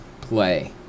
play